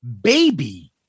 baby